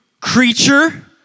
creature